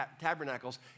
Tabernacles